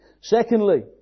Secondly